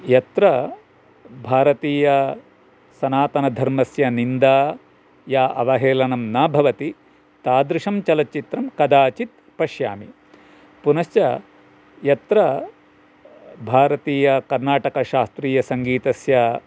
यत्र भारतीयसनातनधर्मस्य निन्दा या अवहेलनं न भवति तादृशं चलच्चित्रं कदाचित् पश्यामि पुनश्च यत्र भारतीय कर्नाटकशास्रीयसङ्गीतस्य